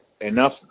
enough